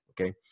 Okay